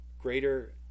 greater